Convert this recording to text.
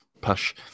push